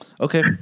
okay